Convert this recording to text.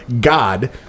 God